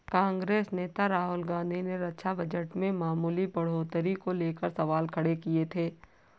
कांग्रेस नेता राहुल गांधी ने रक्षा बजट में मामूली बढ़ोतरी को लेकर सवाल खड़े किए थे